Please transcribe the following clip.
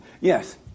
Yes